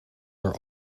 are